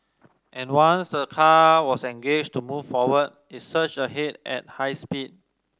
and once the car was engaged to move forward it surged ahead at high speed